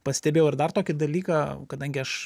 pastebėjau ir dar tokį dalyką kadangi aš